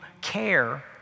care